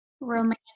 Romantic